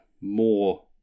More